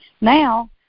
Now